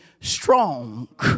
strong